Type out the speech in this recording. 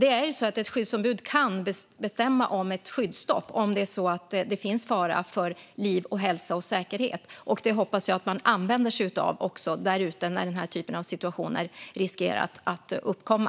Ett skyddsombud kan bestämma om skyddsstopp om det finns fara för liv, hälsa och säkerhet. Denna möjlighet hoppas jag att man använder sig av när den här typen av situationer riskerar att uppkomma.